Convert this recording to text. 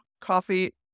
coffee